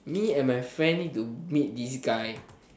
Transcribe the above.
me and my friend need to meet this guy